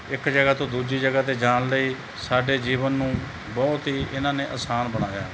ਇੱਕ ਜਗ੍ਹਾ ਤੋਂ ਦੂਜੀ ਜਗ੍ਹਾ 'ਤੇ ਜਾਣ ਲਈ ਸਾਡੇ ਜੀਵਨ ਨੂੰ ਬਹੁਤ ਹੀ ਇਨ੍ਹਾਂ ਨੇ ਅਸਾਨ ਬਣਾਇਆ